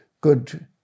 good